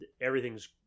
everything's